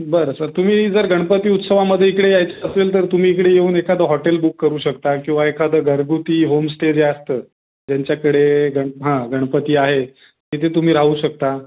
बरं सर तुम्ही जर गणपती उत्सवामध्ये इकडे यायचं असेल तर तुम्ही इकडे येऊन एखादं हॉटेल बुक करू शकता किंवा एखादं घरगुती होम स्टे जे असतं ज्यांच्याकडे गण हां गणपती आहेत तिथे तुम्ही राहू शकता